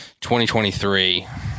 2023